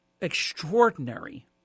extraordinary